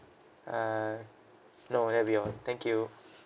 uh no that'll be all thank you